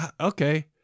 Okay